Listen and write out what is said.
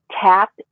tap